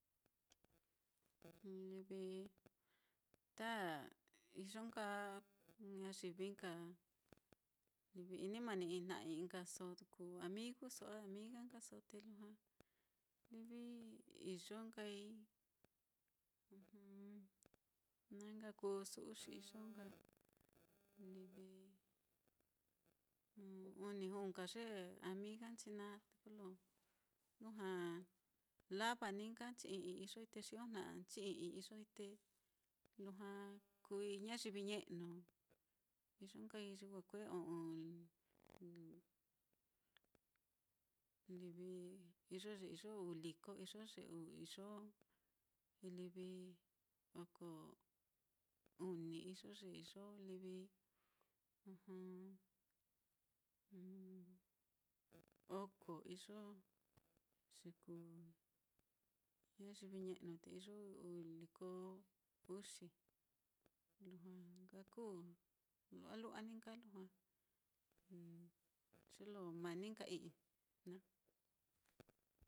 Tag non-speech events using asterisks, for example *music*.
Livi ta iyo nka ñayivi nka ini mani jna'a i'i nkaso kuu amiguso a amiga nkaso, te lujua livi iyo nkai *hesitation* na nka kuu su'u xi iyo nka livi uni juu nka ye amiga nchi naá, te kolo lujua lava ní nka nchi i'ii iyoi te xijo jna'anchi i'ii iyoi te lujua kuui ñayivi ñe'nu, iyo nkai ye kue o'on livi, iyo ye iyo uu liko, iyo ye iyo livi oko uni, iyo ye iyo livi *hesitation* oko, iyo ye kuu ñayivi ñe'nu te iyo uu liko uxi, lujua nka kuu lu'wa lu'wa ní nka lujua ye lo mani nka i'i naá.